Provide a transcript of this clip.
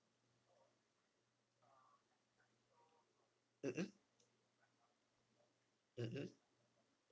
mmhmm mmhmm